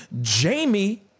Jamie